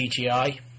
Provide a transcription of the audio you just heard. CGI